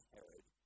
Herod